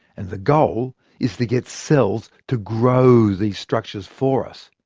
and the goal is to get cells to grow these structures for us.